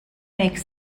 make